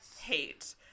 hate